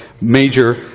major